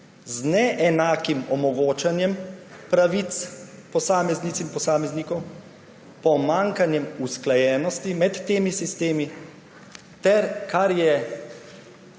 z neenakim omogočanjem pravic posameznic in posameznikov, pomanjkanjem usklajenosti med temi sistemi ter, kar je